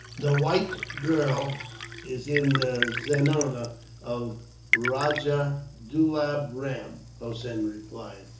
the white girl is in the zenana of rajah dulab ram, hossein replied.